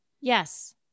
Yes